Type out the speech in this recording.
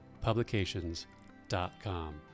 publications.com